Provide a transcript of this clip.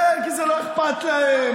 כן, כי זה לא אכפת להם.